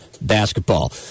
basketball